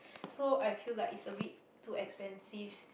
so I feel like it's a bit too expensive